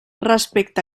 respecte